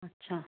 अच्छा